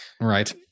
Right